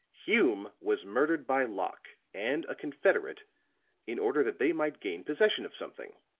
hume was murdered by locke and a confederate in order that they might gain possession of something,